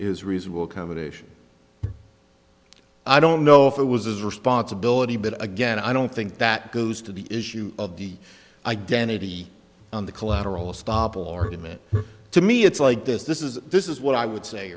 is reasonable accommodation i don't know if it was a responsibility but again i don't think that goes to the issue of the identity on the collateral estoppel argument to me it's like this this is this is what i would say